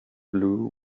blew